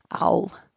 owl